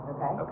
Okay